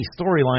storyline